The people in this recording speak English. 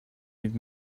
even